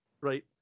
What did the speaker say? right